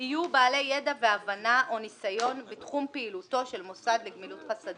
יהיו בעלי ידע והבנה או ניסיון בתחום פעילותו של מוסד לגמילות חסדים".